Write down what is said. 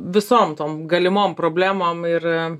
visom tom galimom problemom ir